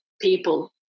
people